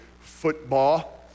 football